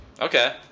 Okay